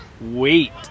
wait